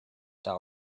that